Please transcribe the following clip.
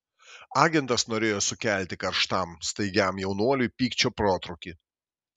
agentas norėjo sukelti karštam staigiam jaunuoliui pykčio protrūkį